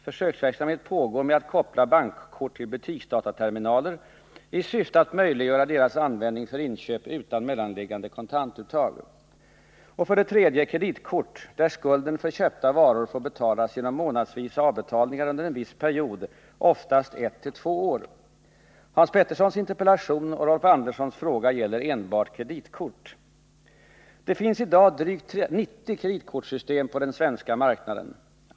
Försöksverksamhet pågår med att koppla bankkort till butiksdataterminaler i syfte att möjliggöra deras användning för inköp utan mellanliggande kontantuttag. 3. Kreditkort, där skulden för köpta varor får betalas genom månadsvisa avbetalningar under en viss period, oftast ett till två år. Det finns i dag drygt 90 kreditkortssystem på den svenska marknaden.